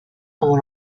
como